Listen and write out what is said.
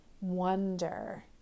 wonder